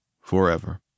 forever